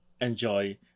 enjoy